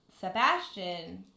Sebastian